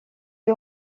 est